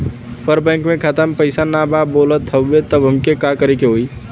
पर बैंक मे खाता मे पयीसा ना बा बोलत हउँव तब हमके का करे के होहीं?